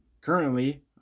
currently